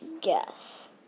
guess